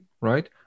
Right